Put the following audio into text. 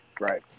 Right